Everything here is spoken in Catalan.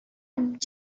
anat